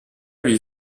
lui